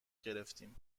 گرفتیم